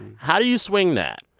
how do you swing that?